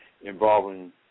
involving